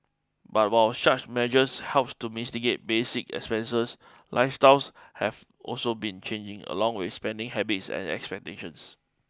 but while such measures help to mitigate basic expenses lifestyles have also been changing along with spending habits and expectations